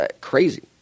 crazy